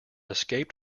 escaped